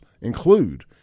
Include